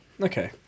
Okay